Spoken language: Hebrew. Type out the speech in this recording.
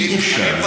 אי-אפשר.